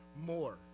more